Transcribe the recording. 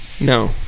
No